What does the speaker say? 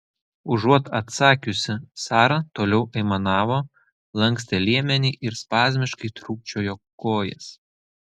užuot atsakiusi sara toliau aimanavo lankstė liemenį ir spazmiškai trūkčiojo kojas